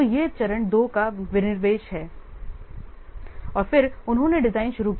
तो यह चरण 2 का विनिर्देश है और फिर उन्होंने डिजाइन शुरू किया